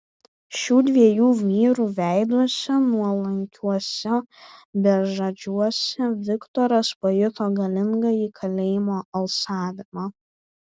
šių dviejų vyrų veiduose nuolankiuose bežadžiuose viktoras pajuto galingąjį kalėjimo alsavimą